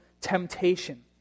temptation